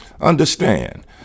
Understand